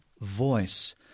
voice